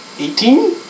Eighteen